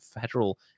federal